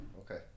Okay